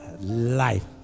life